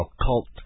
occult